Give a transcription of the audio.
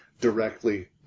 directly